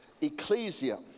ecclesia